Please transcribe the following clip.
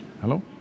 Hello